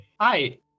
Hi